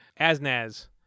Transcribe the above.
Asnaz